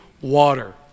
water